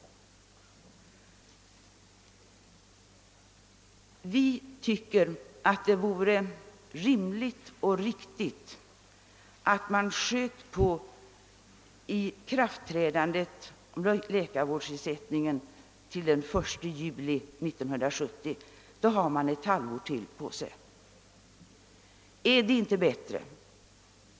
Vi tycker att det vore rimligt och riktigt att uppskjuta ikraftträdandet av lagen om läkarvårdsersättningen till den 1 juli 1970, eftersom man då skulle få ytterligare ett halvår på sig.